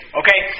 okay